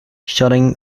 shutting